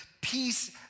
peace